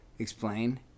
explain